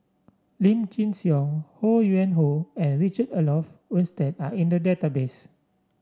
Lim Chin Siong Ho Yuen Hoe and Richard Olaf Winstedt are in the database